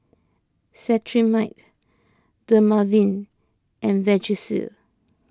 Cetrimide Dermaveen and Vagisil